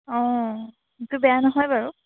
অঁ সেইটো বেয়া নহয় বাৰু